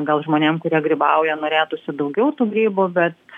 gal žmonėm kurie grybauja norėtųsi daugiau tų grybų bet